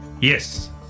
Yes